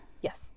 yes